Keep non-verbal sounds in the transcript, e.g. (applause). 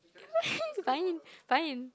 (laughs) fine fine